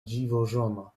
dziwożona